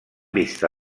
vista